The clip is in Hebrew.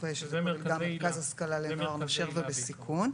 של מרכז השכלה לנוער נושר ובסיכון.